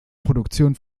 produktion